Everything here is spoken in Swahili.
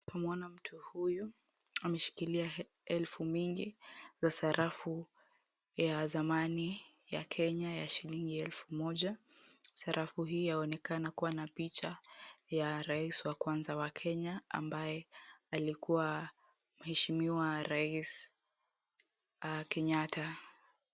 Tunamuona mtu huyu, ameshikilia elfu mingi za sarafu ya zamani ya Kenya ya shilingi elfu moja. Sarafu hii yaonekana kuwa na picha ya rais wa kwanza wa Kenya, ambaye alikuwa, Mheshimiwa Rais Kenyatta.